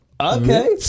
okay